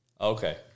Okay